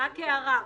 רק הערה,